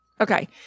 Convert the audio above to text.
Okay